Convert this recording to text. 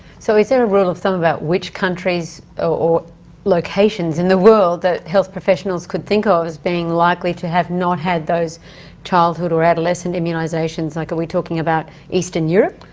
so, is there a rule of thumb about which countries or locations in the world that health professionals could think of as being likely to have not had those childhood or adolescent immunisations? like, are we talking about eastern europe?